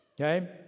Okay